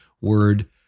word